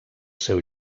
seu